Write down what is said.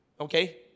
Okay